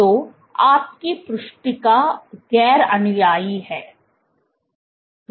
तो आपकी पृष्ठिका गैर अनुयायी है